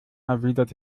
erwidert